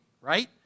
right